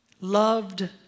loved